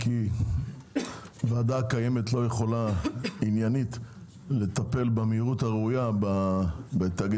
כי הוועדה הקיימת לא יכולה עניינית לטפל במהירות הראויה בתאגידי